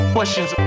Questions